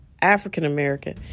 African-American